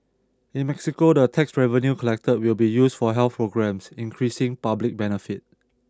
in Mexico the tax revenue collected will be used for health programmes increasing public benefit